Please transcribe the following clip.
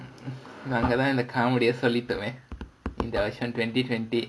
நம்ம தான் இதை:namma thaan ithai comedy ah சொல்லிட்டோமே இந்த வருஷம்:sollitomae indha varusham twenty twenty